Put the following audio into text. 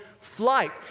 flight